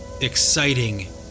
exciting